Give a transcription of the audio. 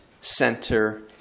center